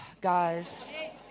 Guys